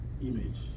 Image